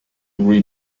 read